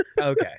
Okay